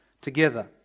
together